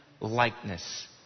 likeness